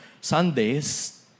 Sundays